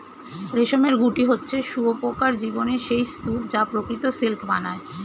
রেশমের গুটি হচ্ছে শুঁয়োপোকার জীবনের সেই স্তুপ যা প্রকৃত সিল্ক বানায়